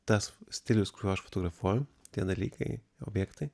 tas stilius kuriuo aš fotografuoju tie dalykai objektai